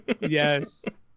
Yes